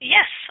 Yes